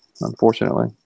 unfortunately